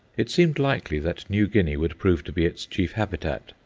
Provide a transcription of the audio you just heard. it seemed likely that new guinea would prove to be its chief habitat,